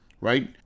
right